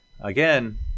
Again